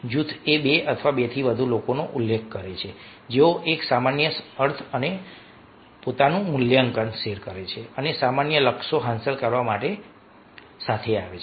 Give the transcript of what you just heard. જૂથ એ બે અથવા વધુ લોકોનો ઉલ્લેખ કરે છે જેઓ એક સામાન્ય અર્થ અને પોતાનું મૂલ્યાંકન શેર કરે છે અને સામાન્ય લક્ષ્યો હાંસલ કરવા માટે સાથે આવે છે